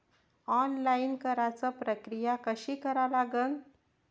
Online कराच प्रक्रिया कशी करा लागन?